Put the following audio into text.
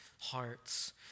hearts